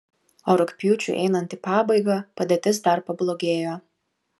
o rugpjūčiui einant į pabaigą padėtis dar pablogėjo